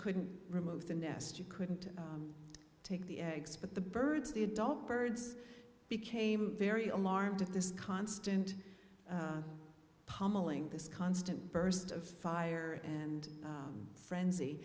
couldn't remove the nest you couldn't take the eggs but the birds the adult birds became very alarmed at this constant pummeling this constant burst of fire and frenzy